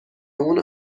اون